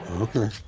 Okay